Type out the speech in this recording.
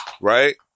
right